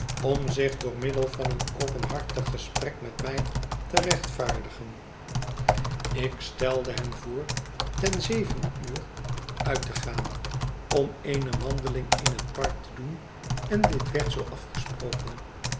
om zich door middel van een openhartig gesprek met mij te rechtvaardigen ik stelde hem voor ten zeven uur uit te gaan om eene wandeling in het park te doen en dit werd zoo afgesproken